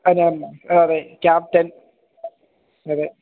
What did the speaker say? അതെ ക്യാപ്റ്റൻ അതെ